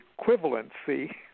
equivalency